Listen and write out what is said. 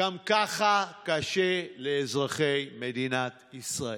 גם ככה קשה לאזרחי מדינת ישראל.